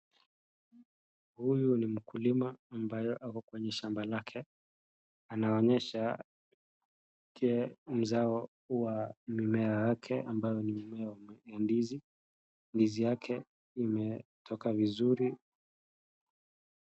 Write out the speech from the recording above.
Huyu ni mkulima ambaye ako kwenye shamba lake anaonyesha mzao wa mimea wake ambao ni mimea ya ndizi, ndizi yake imetoka vizuri.